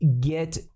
get